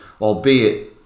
albeit